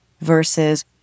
versus